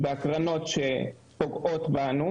זה הקרנות שפוגעות בנו.